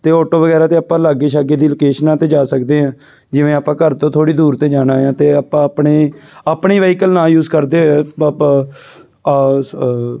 ਅਤੇ ਆਟੋ ਵਗੈਰਾ 'ਤੇ ਆਪਾਂ ਲਾਗੇ ਛਾਗੇ ਦੀ ਲੋਕੇਸ਼ਨਾਂ 'ਤੇ ਜਾ ਸਕਦੇ ਹਾਂ ਜਿਵੇਂ ਆਪਾਂ ਘਰ ਤੋਂ ਥੋੜ੍ਹੀ ਦੂਰ 'ਤੇ ਜਾਣਾ ਆ ਅਤੇ ਆਪਾਂ ਆਪਣੇ ਆਪਣੇ ਵਹੀਕਲ ਨਾ ਯੂਜ ਕਰਦੇ ਹੋਏ